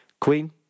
Queen